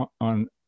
on